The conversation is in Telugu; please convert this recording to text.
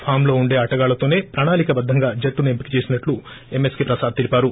ఫామ్ లో వుండే ఆటగాళ్లతోనే ప్రణాళికాబద్దంగా జట్లును ఎంపిక చేసినట్లు ఎమ్మెస్కే ప్రసాద్ తెలిపారు